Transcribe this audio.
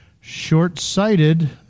short-sighted